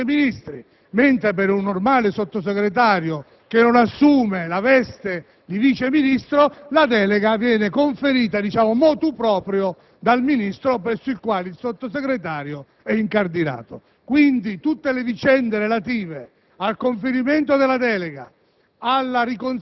dal Consiglio dei ministri, mentre per un normale Sottosegretario, che non assume la veste di Vice ministro, la delega viene conferita *motu proprio* dal Ministro presso il quale il Sottosegretario è incardinato. Tutte le vicende relative al conferimento, alla